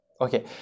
Okay